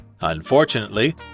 Unfortunately